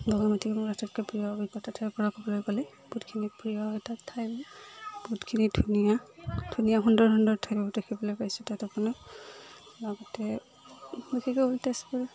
বগামাটিক মোৰ আটাইতকৈ প্ৰিয় অভিজ্ঞতা ঠাই পৰা ক'বলৈ গ'লে বহুতখিনি প্ৰিয় এটা ঠাই বহুতখিনি ধুনীয়া ধুনীয়া সুন্দৰ সুন্দৰ ঠাইবোৰ দেখিবলৈ পাইছোঁ তাত আপোনাৰ লগতে বিশেষকৈ তেজপুৰ